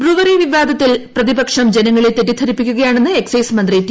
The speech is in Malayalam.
ബ്രുവറി വിവാദത്തിൽ പ്രതിപക്ഷം ജനങ്ങളെ ന് തെറ്റിദ്ധരിപ്പിക്കുകയാണെന്ന് എക്സൈസ് മന്ത്രി ടി